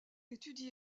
étudie